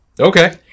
Okay